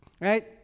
Right